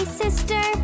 sister